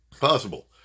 possible